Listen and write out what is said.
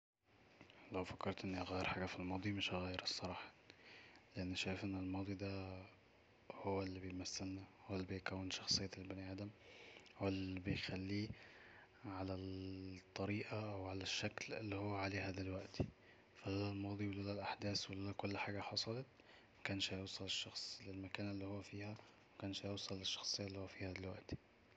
لو فكرت إني أغير حاجة في الماضي مش هغيرها الصراحة لأني شايف أن الماضي ده هو اللي بيمثلنا هو اللي بيكون شخصية البني آدم هو اللي بيخليه على الطريقة وعلى الشكل اللي هو عليه دلوقتي ف لولا الماضي ولولا الأحداث ولولا كل حاجة حصلت مكانش هيوصل الشخص للمكانة اللي هو فيها ومكانش هيوصل للشخصية اللي هو فيها دلوقتي